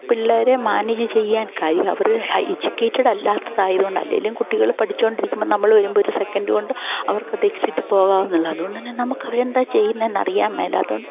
പിള്ളേരെ മാനേജ് ചെയ്യാൻ അവർ ഒരു എജുക്കേറ്റഡ് അല്ലാത്തത് ആയതുകൊണ്ട് അല്ലെങ്കിലും കുട്ടികൾ പഠിച്ചുകൊണ്ടിരിക്കുമ്പം നമ്മൾ വരുമ്പോൾ ഒരു സെക്കൻഡ് കൊണ്ട് അവർക്ക് അത് എക്സിറ്റ് പോകാവുന്നതേയുള്ളൂ അതുകൊണ്ട് തന്നെ നമുക്ക് അവർ എന്താ ചെയ്യുന്നത് എന്ന് അറിയാൻ മേലാത്തതുകൊണ്ട്